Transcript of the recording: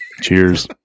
Cheers